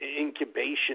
incubation